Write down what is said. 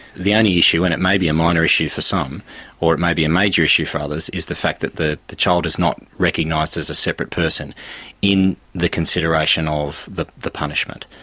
the only issue, and it may be a minor issue for some or it may be a major issue for others, is the fact that the the child is not recognised as a separate person in the consideration of the the punishment.